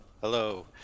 Hello